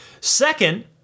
Second